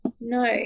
no